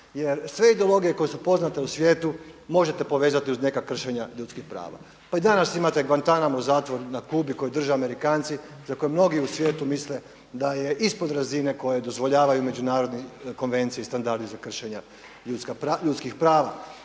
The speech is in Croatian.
Jer sve ideologije koje su poznate u svijetu možete povezati uz neka kršenja ljudskih prava. Pa i danas imate Guantanamo zatvor na Kubi koji drže Amerikanci za koji mnogi u svijetu misle da je ispod razine koju dozvoljavaju međunarodne konvencije i standardi za kršenje ljudskih prava.